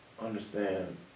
understand